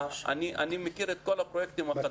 אני מכיר את כל הפרויקטים החדשים